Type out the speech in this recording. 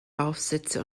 aufsätze